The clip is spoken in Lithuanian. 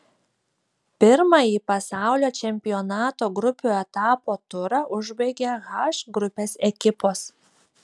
pirmąjį pasaulio čempionato grupių etapo turą užbaigė h grupės ekipos